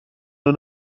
nhw